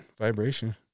vibration